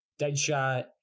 Deadshot